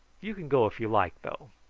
you can go if you like, though.